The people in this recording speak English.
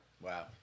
Wow